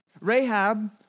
Rahab